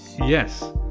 yes